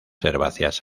herbáceas